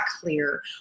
clear